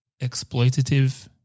exploitative